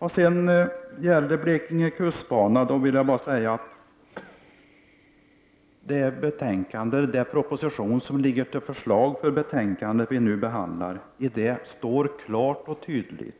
När det gäller Blekinge kustbana vill jag bara säga att i den proposition som ligger till grund för det betänkande vi nu behandlar står klart och tydligt